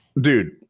Dude